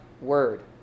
word